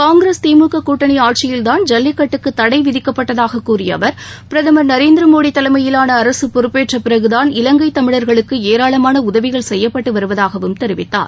காங்கிரஸ் திமுக கூட்டணி ஆட்சியில்தான் ஜல்லிக்கட்டுக்கு தடை விதிக்கப்பட்டதாகக் கூறிய அவர் பிரதமர் திரு நரேந்திர் மோடி தலைமையிலான அரசு பொறுப்பேற்ற பிறகுதான் இலங்கைத் தமிழர்களுக்கு ஏராளமான உதவிகள் செய்யப்பட்டு வருவதாகவும் தெரிவித்தார்